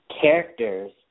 characters